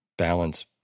balance